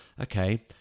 okay